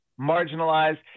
marginalized